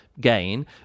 gain